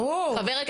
ברור.